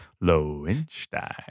Lowenstein